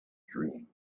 dream